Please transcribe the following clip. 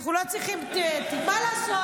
אנחנו לא צריכים, מה לעשות?